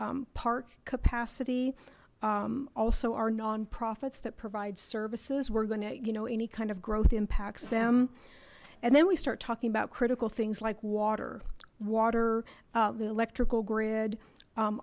park capacity also our nonprofits that provide services we're going to you know any kind of growth impacts them and then we start talking about critical things like water water the electrical grid